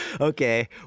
Okay